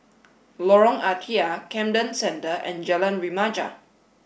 Lorong Ah Thia Camden Centre and Jalan Remaja